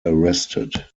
arrested